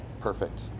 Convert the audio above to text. perfect